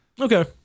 Okay